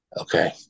Okay